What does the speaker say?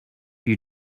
you